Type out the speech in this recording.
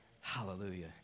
Hallelujah